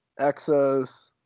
Exos